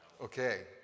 Okay